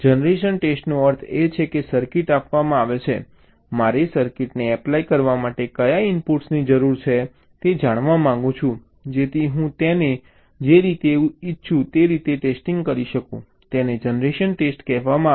generation ટેસ્ટનો અર્થ એ છે કે સર્કિટ આપવામાં આવે છે મારે સર્કિટને એપ્લાય કરવા માટે કયા ઇનપુટ્સની જરૂર છે તે જાણવા માંગુ છું જેથી હું તેને જે રીતે ઇચ્છું તે રીતે ટેસ્ટિંગ કરી શકું તેને જનરેશન ટેસ્ટ કહેવામાં આવે છે